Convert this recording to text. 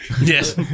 Yes